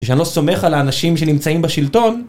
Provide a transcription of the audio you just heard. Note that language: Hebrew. שאני לא סומך על האנשים שנמצאים בשלטון